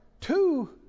two